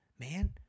man